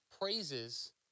praises